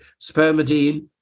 Spermidine